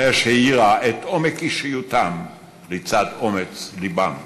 האש האירה את עומק אישיותם לצד אומץ לבם.